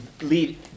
lead